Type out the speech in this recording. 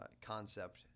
concept